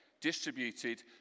distributed